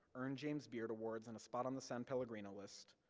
earn james beard awards, and a spot on the san pellegrino list,